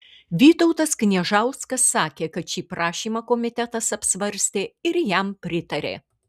vytautas kniežauskas sakė kad šį prašymą komitetas apsvarstė ir jam pritarė